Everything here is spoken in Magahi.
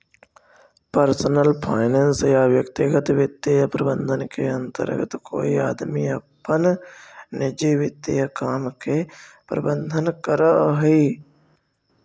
पर्सनल फाइनेंस या व्यक्तिगत वित्तीय प्रबंधन के अंतर्गत कोई आदमी अपन निजी वित्तीय काम के प्रबंधन करऽ हई